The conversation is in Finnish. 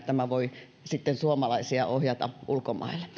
tämä voi sitten suomalaisia ohjata ulkomaille